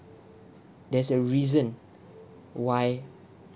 there's a reason why